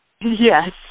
Yes